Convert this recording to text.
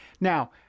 now